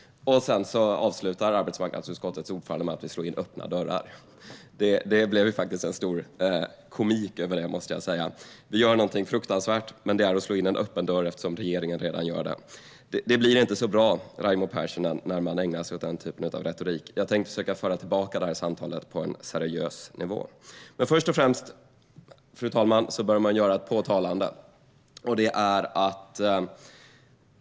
Sedan avslutade arbetsmarknadsutskottets ordförande med att hävda att vi slår in öppna dörrar. Det blev en stor komik över det, måste jag säga. Vi gör något fruktansvärt, men det är att slå in en öppen dörr eftersom regeringen redan gör det. Det blir inte så bra, Raimo Pärssinen, när man ägnar sig åt den typen av retorik. Jag tänker försöka föra tillbaka samtalet till en seriös nivå. Fru talman! Först och främst vill jag göra ett påpekande.